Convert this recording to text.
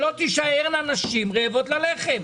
שלא תישארנה נשים רעבות ללחם.